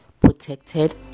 protected